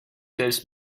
this